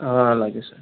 అలాగ అలాగే సార్